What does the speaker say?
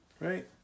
Right